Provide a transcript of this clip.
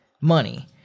money